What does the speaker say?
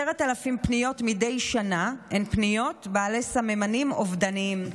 10,000 פניות מדי שנה הן פניות בעלות סממנים אובדניים,